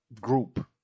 group